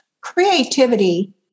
creativity